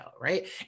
right